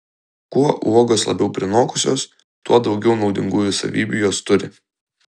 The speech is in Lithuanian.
kuo uogos labiau prinokusios tuo daugiau naudingųjų savybių jos turi